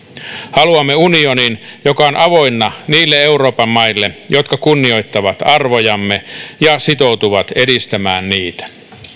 haluamme unionin joka on avoinna niille euroopan maille jotka kunnioittavat arvojamme ja sitoutuvat edistämään niitä